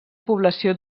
població